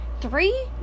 three